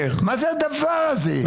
מה זה הדבר הזה?